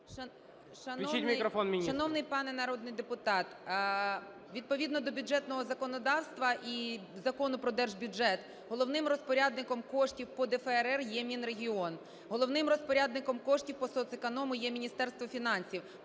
Шановний пане народний депутат, відповідно до бюджетного законодавства і Закону про держбюджет головним розпорядником коштів по ДФРР є Мінрегіон. Головним розпорядником коштів по соцеконому є Міністерство фінансів.